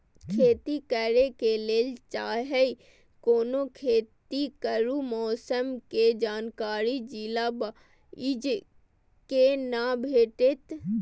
खेती करे के लेल चाहै कोनो खेती करू मौसम के जानकारी जिला वाईज के ना भेटेत?